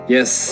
Yes